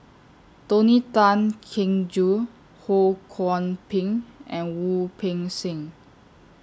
Tony Tan Keng Joo Ho Kwon Ping and Wu Peng Seng